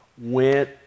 went